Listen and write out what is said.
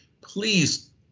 Please